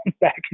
back